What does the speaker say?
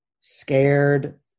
scared